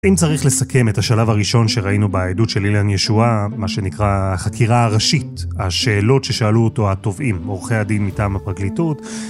אם צריך לסכם את השלב הראשון שראינו בעדות של אילן ישועה, מה שנקרא החקירה הראשית, השאלות ששאלו אותו הטובים, אורחי הדין מטעם הפרקליטות,